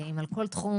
אם על כל תחום,